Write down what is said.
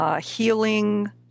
Healing